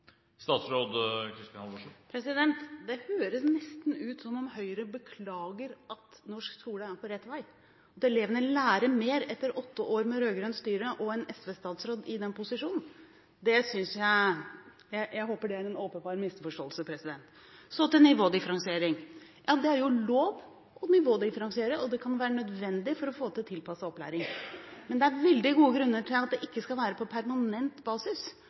Det høres nesten ut som om Høyre beklager at norsk skole er på rett vei, og at elevene lærer mer etter åtte år med rød-grønt styre og en SV-statsråd i den posisjonen. Det håper jeg er en åpenbar misforståelse. Så til nivådifferensiering: Det er lov å nivådifferensiere, og det kan være nødvendig for å få til tilpasset opplæring. Men det er veldig gode grunner til at det ikke skal være på permanent basis.